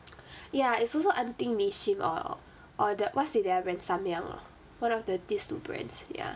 ya it's also I think nissin or or that what's the other brand samyang ah one of the this two brands ya